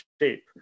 shape